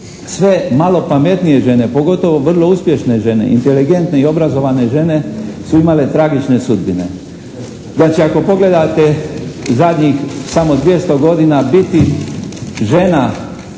sve malo pametnije žene pogotovo vrlo uspješne žene, inteligentne i obrazovane žene su imale tragične sudbine. Znači, ako pogledate zadnjih samo 200 godina biti žena